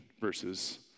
versus